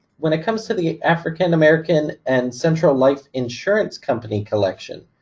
when it comes to the african-american and central life insurance company collection,